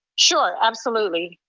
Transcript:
sure, absolutely.